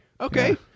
okay